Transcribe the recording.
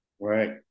Right